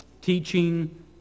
teaching